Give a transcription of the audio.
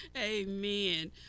Amen